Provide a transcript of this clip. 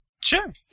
Sure